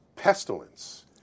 Pestilence